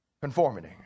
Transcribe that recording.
Conformity